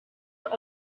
that